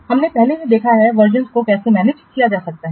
हमने पहले ही देखा है कि वर्जनसं को कैसे मैनेज किया जा सकता है